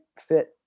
fit